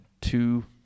two